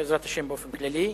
ובעזרת השם באופן כללי.